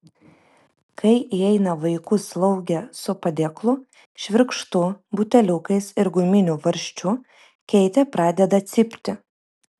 kai įeina vaikų slaugė su padėklu švirkštu buteliukais ir guminiu varžčiu keitė pradeda cypti